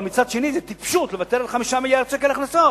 אבל מצד שני זו טיפשות לוותר על 5 מיליארדי שקל הכנסות.